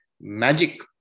magic